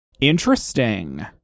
Interesting